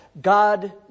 God